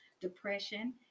depression